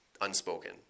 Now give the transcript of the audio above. unspoken